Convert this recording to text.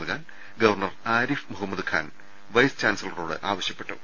നൽകാൻ governor Arif Mohammad Khan vice ചാൻസലറോട് ആവശ്യപ്പെട്ടു